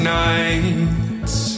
nights